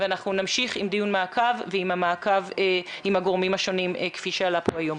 ואנחנו ונמשיך עם דיון מעקב עם הגורמים השונים כפי שעלה פה היום.